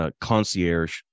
concierge